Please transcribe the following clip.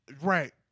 Right